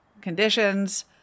conditions